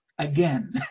Again